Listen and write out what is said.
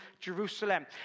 Jerusalem